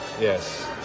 Yes